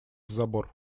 забор